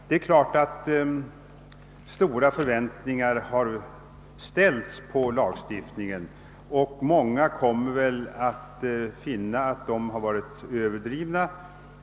Det är klart att stora förväntningar har ställts på lagstiftningen, och många kommer väl att finna att dessa förväntningar har varit överdrivna.